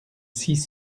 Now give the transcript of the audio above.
six